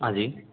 हाँ जी